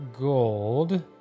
gold